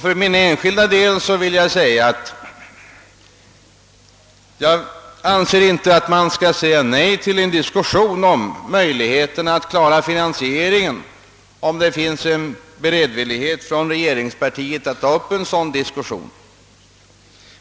För min enskilda del vill jag säga att jag inte anser att man skall säga nej till en diskussion om möjligheterna att klara finansieringen, om det finns beredvillighet från regeringspartiet att ta upp en sådan.